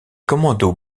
commandos